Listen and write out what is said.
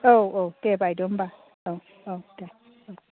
औ औ दे बायद' होनबा औ औ दे औ